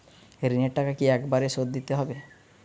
ঋণের টাকা কি একবার শোধ দিতে হবে?